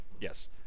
Yes